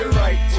right